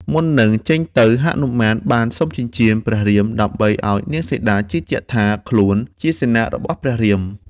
មុននឹង ចេញទៅហនុមានបានសុំចិញ្ចៀនព្រះរាម ដើម្បីឱ្យនាងសីតាជឿជាក់ថា ខ្លួនជាសេនារបស់ ព្រះរាម។